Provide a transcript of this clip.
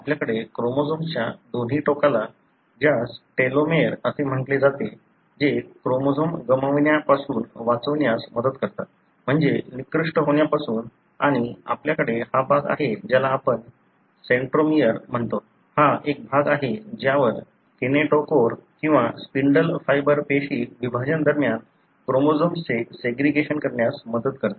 आपल्याकडे क्रोमोझोम्सच्या दोन्ही टोकाला ज्यास टेलोमेर असे म्हटले जाते जे क्रोमोझोम गमा वण्यापासून वाचवण्यास मदत करतात म्हणजे निकृष्ट होण्यापासून आणि आपल्याकडे हा भाग आहे ज्याला आपण सेंट्रोमियर म्हणतात हा एक भाग आहे ज्यावर किनेटोकोर किंवा स्पिंडल फायबर पेशी विभाजन दरम्यान क्रोमोझोम्सचे सेग्रीगेशन करण्यास मदत करतात